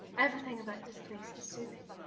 everything about this place is soothing.